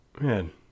man